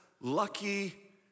lucky